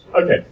Okay